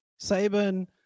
Saban